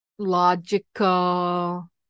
Logical